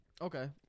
Okay